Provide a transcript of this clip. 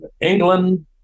England